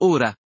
Ora